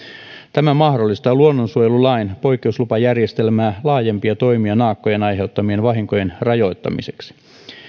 tämä mahdollistaa luonnonsuojelulain poikkeuslupajärjestelmää laajempia toimia naakkojen aiheuttamien vahinkojen rajoittamiseksi